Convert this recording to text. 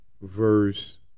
verse